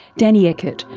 danny eckert,